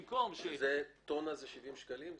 המחיר הוא 70 שקלים לטון?